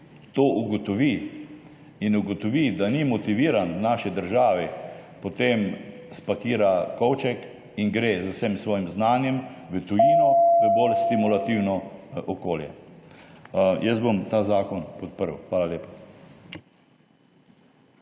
to ugotovi in ugotovi, da ni motiviran v naši državi, potem spakira kovček in gre z vsem svojim znanjem v tujino, v bolj stimulativno okolje. Jaz bom ta zakon podprl. Hvala lepa.